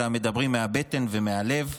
אלא מדברים מהבטן ומהלב,